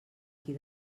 qui